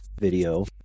video